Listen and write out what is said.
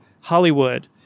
Hollywood